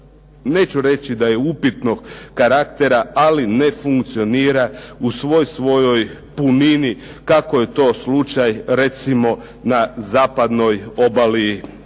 neću reći da je upitnog karaktera, ali ne funkcionira u svoj svojoj punini kako je to slučaj recimo na zapadnoj obali